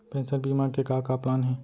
Pension बीमा के का का प्लान हे?